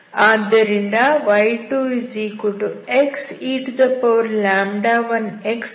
ಆದ್ದರಿಂದ y2xe1x ಕೂಡ ಒಂದು ಸೊಲ್ಯೂಷನ್ ಆಗಿದೆ